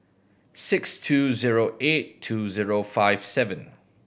six two zero eight two zero five seven